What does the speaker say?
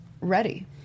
ready